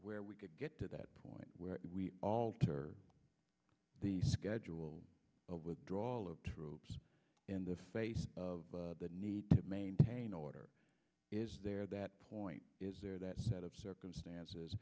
where we could get to that point where we alter the schedule of withdrawal of troops in the face of the need to maintain order is there that point is there that set of circumstances